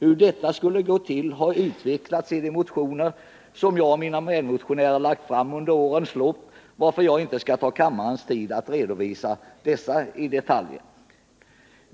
Hur detta skall gå till har utvecklats i de motioner som jag och mina medmotionärer har lagt fram under årens lopp, varför jag inte skall ta kammarens tid i anspråk för att redovisa dessa i detalj.